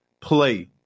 play